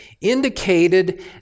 indicated